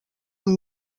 amb